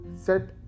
set